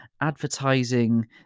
advertising